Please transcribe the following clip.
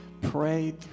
Pray